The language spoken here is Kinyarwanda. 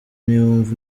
niwumva